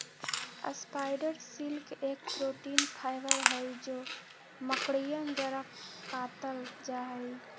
spider silk एक protein fibre हई जो मकड़ियन द्वारा कातल जाहई